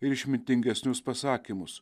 ir išmintingesnius pasakymus